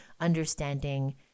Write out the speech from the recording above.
understanding